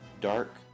Dark